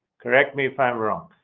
correct me if i'm wrong.